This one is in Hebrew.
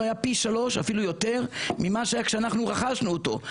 שהיה פי שלוש ואפילו יותר ממה שהיה כשאנחנו רכשנו אותו,